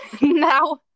now